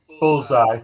Bullseye